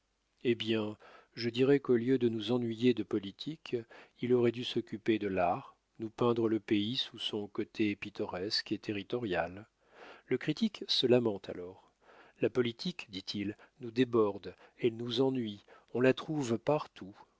hé bien je dirais qu'au lieu de nous ennuyer de politique il aurait dû s'occuper de l'art nous peindre le pays sous son côté pittoresque et territorial le critique se lamente alors la politique dit-il nous déborde elle nous ennuie on la trouve partout